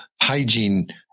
hygiene